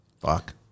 Fuck